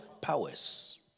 powers